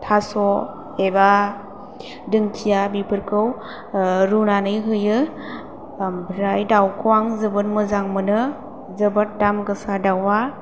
थास' एबा दिंखिया बेफोरखौ रुनानै होयो ओमफ्राय दावखौ आं जोबोद मोजां मोनो जोबोद दाम गोसा दावा